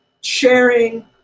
sharing